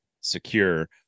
secure